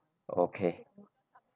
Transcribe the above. okay